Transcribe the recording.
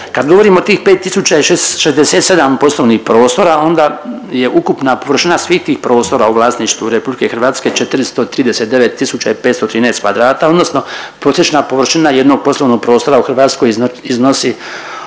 Kad govorimo o tih 5.067 poslovnih prostora onda je ukupna površina svih tih prostora u vlasništvu RH 439 tisuća i 513 kvadrata odnosno prosječna površina jednog poslovnog prostora u Hrvatskoj iznosi